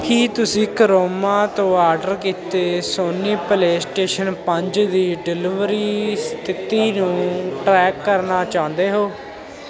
ਕੀ ਤੁਸੀਂ ਕਰੋਮਾ ਤੋਂ ਆਰਡਰ ਕੀਤੇ ਸੋਨੀ ਪਲੇਅ ਸਟੇਸ਼ਨ ਪੰਜ ਦੀ ਡਿਲਿਵਰੀ ਸਥਿਤੀ ਨੂੰ ਟਰੈਕ ਕਰਨਾ ਚਾਹੁੰਦੇ ਹੋ